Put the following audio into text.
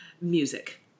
music